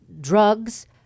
drugs